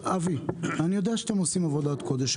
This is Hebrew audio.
אני יודע שאתם עושים עבודת קודש,